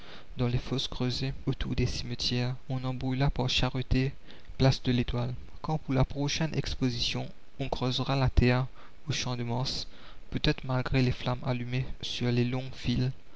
dans les fosses creusées autour des cimetières on en brûla par charretées place de l'etoile quand pour la prochaine exposition on creusera la terre au champ-de-mars peut-être malgré les flammes allumées sur les la commune longues files